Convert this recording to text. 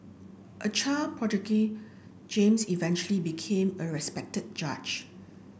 a child prodigy James eventually became a respected judge